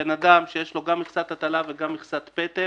בן אדם שיש לו גם מכסת הטלה וגם מכסת פטם